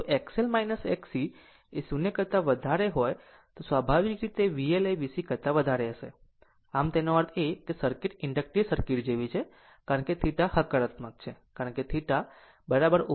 જો XL Xc એ 0 કરતા વધારે હોય તો સ્વાભાવિક રીતે VL એ VC કરતા વધારે હશે આમ તેનો અર્થ એ કે સર્કિટ ઇન્ડકટીવ સર્કિટ જેવી છે કારણ કે θ હકારાત્મક છે કારણ કે θ ω L 1 upon ω c R